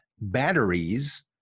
batteries